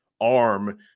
arm